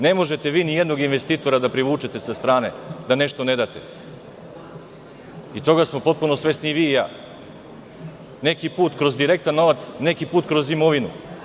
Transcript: Ne možete vi nijednog investitora da privučete sa strane a da nešto ne date i toga smo potpuno svesni i vi i ja, neki put kroz direktan novac, neki put kroz imovinu.